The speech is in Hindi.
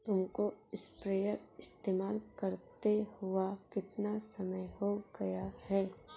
तुमको स्प्रेयर इस्तेमाल करते हुआ कितना समय हो गया है?